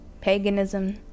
paganism